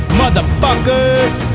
motherfuckers